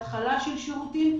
התחלה של שירותים,